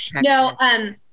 No